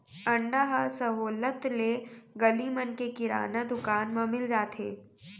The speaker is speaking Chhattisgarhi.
अंडा ह सहोल्लत ले गली मन के किराना दुकान म मिल जाथे